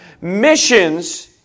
Missions